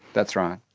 that's right.